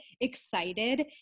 excited